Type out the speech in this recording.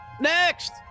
Next